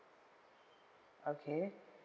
okay